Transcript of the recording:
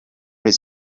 his